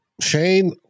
Shane